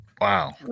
Wow